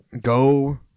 go